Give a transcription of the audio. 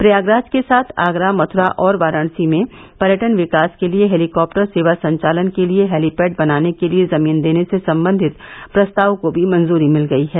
प्रयागराज के साथ आगरा मथुरा और वाराणसी में पर्यटन विकास के लिये हेलीकॉप्टर सेवा संचालन को हैलीपैड बनाने के लिये जमीन देने से संबंधित प्रस्ताव को भी मंजूरी मिल गई है